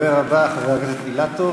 הדובר הבא, חבר הכנסת אילטוב,